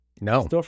No